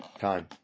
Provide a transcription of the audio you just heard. time